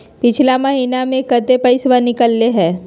पिछला महिना मे कते पैसबा निकले हैं?